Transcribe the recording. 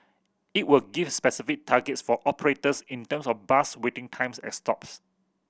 it will give specific targets for operators in terms of bus waiting times at stops